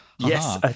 yes